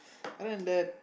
other than that